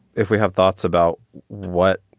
if we have thoughts about what?